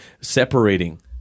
separating